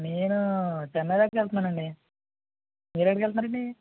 నేను చెన్నై దాక వెళ్తున్నానండి మీరు ఎక్కడికి ఎలుతున్నారండీ